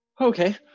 Okay